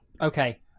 Okay